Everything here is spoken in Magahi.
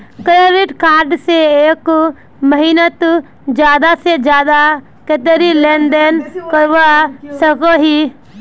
क्रेडिट कार्ड से एक महीनात ज्यादा से ज्यादा कतेरी लेन देन करवा सकोहो ही?